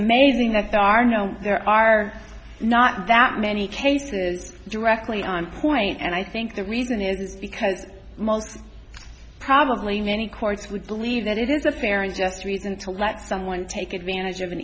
amazing that there are no there are not that many cases directly on point and i think the reason is because most probably many courts would believe that it is a fair and just reason to let someone take advantage of an